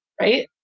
right